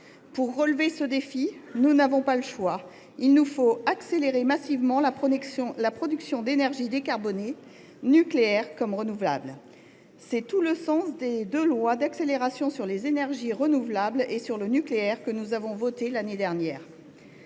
Pour relever ce défi, nous n’avons pas le choix : il nous faudra accélérer massivement la production d’énergies décarbonées, nucléaires comme renouvelables. C’est tout le sens des deux lois d’accélération sur les énergies renouvelables et sur le nucléaire que nous avons votées l’année dernière.